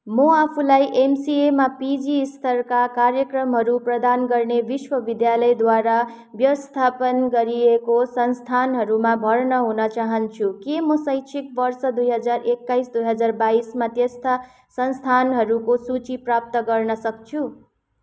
म आफूलाई एमसिएमा पिजी स्तरका कार्यक्रमहरू प्रदान गर्ने विश्वविद्यालयद्वारा व्यवस्थापन गरिएको संस्थानहरूमा भर्ना हुन चाहन्छु के म शैक्षिक वर्ष दुई हजार एक्काइस दुई हजार बाइसमा त्यस्ता संस्थानहरूको सूची प्राप्त गर्न सक्छु